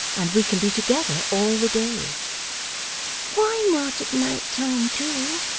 and we can be together all the day why not at night-time too?